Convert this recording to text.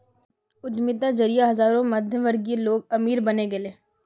उद्यमिता जरिए हजारों मध्यमवर्गीय लोग अमीर बने गेले